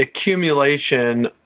accumulation